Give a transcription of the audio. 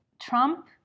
Trump